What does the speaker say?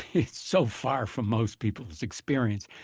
it's so far from most people's experience,